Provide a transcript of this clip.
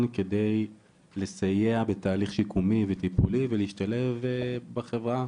כדי לסייע בתהליך שיקומי וטיפולי ולהשתלב בחברה